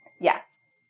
Yes